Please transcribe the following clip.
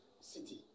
city